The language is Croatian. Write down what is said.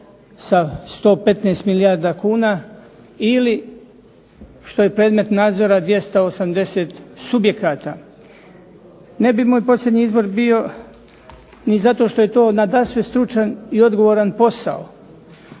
sa 115 milijarda kuna ili što je predmet nadzora 280 subjekata. Ne bi moj posljednji izbor bio ni zato što je to nadasve stručan i odgovoran posao,